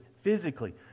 physically